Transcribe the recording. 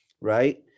Right